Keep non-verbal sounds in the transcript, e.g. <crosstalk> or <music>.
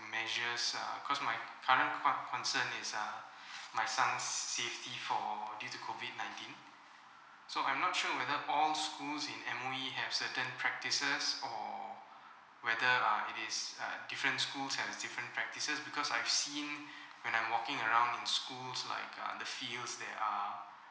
measures uh cause my current con~ concern is uh <breath> my son's safety for due to COVID nineteen so I'm not sure whether all schools in M_O_E have certain practices or whether err it is uh different schools have different practices because I've seen when I'm walking around the schools like uh and I feels that are